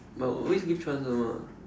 but I will always give chance [one] mah